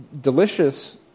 delicious